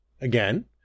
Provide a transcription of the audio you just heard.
Again